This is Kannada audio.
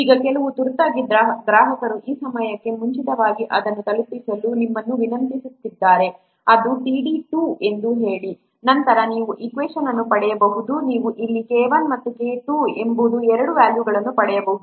ಈಗ ಕೆಲವು ತುರ್ತಾಗಿ ಗ್ರಾಹಕರು ಆ ಸಮಯಕ್ಕೆ ಮುಂಚಿತವಾಗಿ ಅದನ್ನು ತಲುಪಿಸಲು ನಿಮ್ಮನ್ನು ವಿನಂತಿಸುತ್ತಿದ್ದಾರೆ ಅದು t d 2 ಎಂದು ಹೇಳಿ ನಂತರ ನೀವು ಈಕ್ವೇಷನ್ ಅನ್ನು ಪಡೆಯಬಹುದು ನೀವು ಇಲ್ಲಿ K1 ಮತ್ತು K2 ಎಂಬ ಎರಡು ವ್ಯಾಲ್ಯೂಗಳನ್ನು ಪಡೆಯಬಹುದು